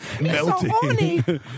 melting